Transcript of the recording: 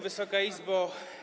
Wysoka Izbo!